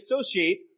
associate